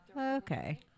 Okay